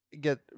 get